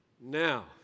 Now